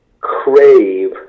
crave